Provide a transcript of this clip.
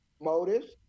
motives